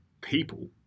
people